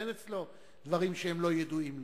אין דברים שלא ידועים לו.